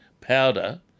powder